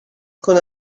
con